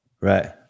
Right